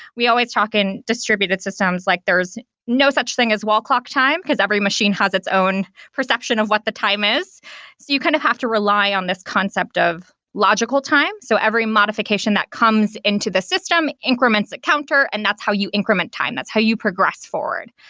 we always talk in talking distributed systems like there's no such thing as wall clock time, because every machine has its own perception of what the time is. so you kind of have to rely on this concept of logical time. so every modification that comes into the system increments a counter, and that's how you increment time. that's how you progress forward.